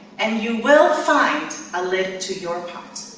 and you will find a lid to your pot.